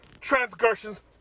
transgressions